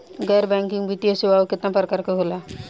गैर बैंकिंग वित्तीय सेवाओं केतना प्रकार के होला?